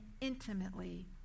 intimately